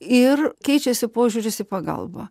ir keičiasi požiūris į pagalbą